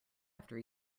after